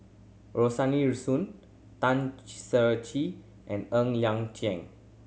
Rosaline Soon Tan Ser Cher and Ng Liang Chiang